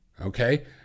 okay